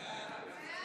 הודעת הממשלה על רצונה